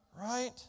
right